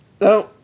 no